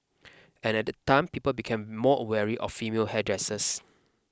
at that that time people became more of female hairdressers